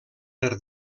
per